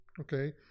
Okay